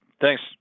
Thanks